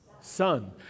son